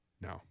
No